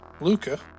Luca